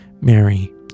Mary